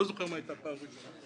לא זוכר מה הייתה הפעם הראשונה.